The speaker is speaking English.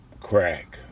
crack